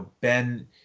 Ben